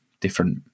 different